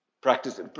practice